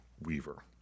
Weaver